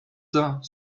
cent